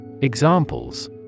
Examples